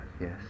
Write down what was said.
Yes